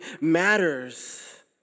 matters